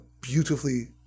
beautifully